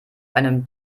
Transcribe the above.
einem